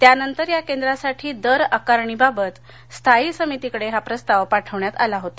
त्यानंतर या केंद्रासाठी दरआकारणीबाबात स्थायी समितीकडे हा प्रस्ताव पाठविण्यात आला होता